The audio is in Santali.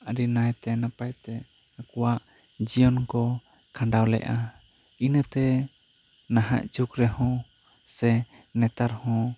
ᱟᱹᱰᱤ ᱱᱟᱭ ᱛᱮ ᱱᱟᱯᱟᱭ ᱛᱮ ᱟᱠᱚᱣᱟᱜ ᱡᱤᱭᱚᱱ ᱠᱚ ᱠᱷᱟᱸᱰᱟᱣ ᱞᱮᱫᱼᱟ ᱤᱱᱟᱹ ᱛᱮ ᱱᱟᱦᱟᱜ ᱡᱩᱜᱽ ᱨᱮᱦᱚᱸ ᱥᱮ ᱱᱮᱛᱟᱨ ᱦᱚᱸ